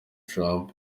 trump